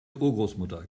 urgroßmutter